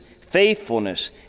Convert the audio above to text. faithfulness